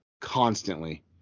constantly